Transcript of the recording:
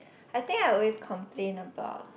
I think I always complain about